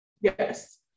Yes